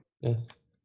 Yes